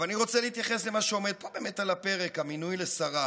אבל אני רוצה להתייחס למה שעומד פה באמת על הפרק: המינוי לשרה